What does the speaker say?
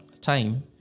time